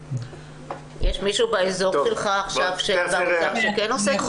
יש מישהו באזור שלך עכשיו באוצר שכן עוסק בזה?